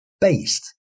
based